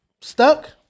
Stuck